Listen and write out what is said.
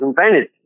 invented